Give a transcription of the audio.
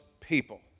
people